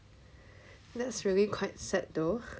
that's really quite sad though